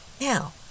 Now